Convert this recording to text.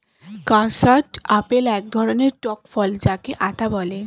custard apple এক ধরণের টক ফল যাকে আতা বলে